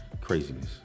Craziness